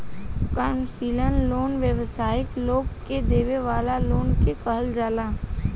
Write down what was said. commercial loan व्यावसायिक लोग के देवे वाला लोन के कहल जाला